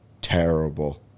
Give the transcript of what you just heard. terrible